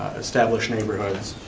established neighborhoods,